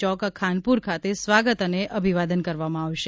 ચોક ખાનપુર ખાતે સ્વાગત અને અભિવાદન કરવામાં આવશે